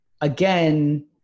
again